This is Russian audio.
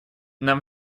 нам